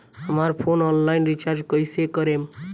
हमार phone online recharge कईसे करेम?